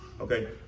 Okay